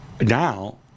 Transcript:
Now